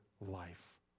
life